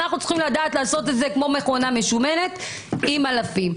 אנחנו צריכים לדעת לעשות את זה כמו מכונה משומנת עם אלפים.